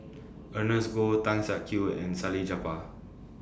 Ernest Goh Tan Siak Kew and Salleh Japar